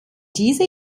dieser